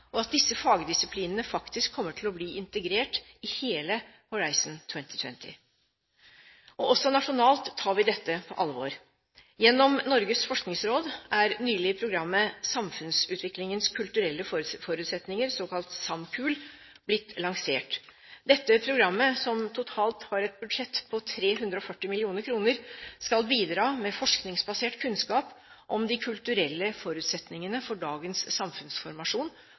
og at disse fagdisiplinene faktisk kommer til å bli integrert i hele Horizon 2020. Også nasjonalt tar vi dette på alvor. Gjennom Norges forskningsråd er nylig programmet Samfunnsutviklingens kulturelle forutsetninger, såkalt SAMKUL, blitt lansert. Dette programmet, som totalt har et budsjett på 340 mill. kr, skal bidra med forskningsbasert kunnskap om de kulturelle forutsetningene for dagens samfunnsformasjon